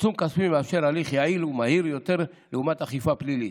עיצום כספי מאפשר הליך יעיל ומהיר יותר לעומת אכיפה פלילית.